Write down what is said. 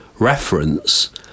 reference